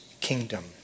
kingdom